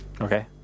Okay